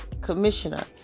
Commissioner